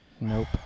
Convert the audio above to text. Nope